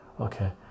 okay